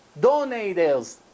donators